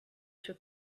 took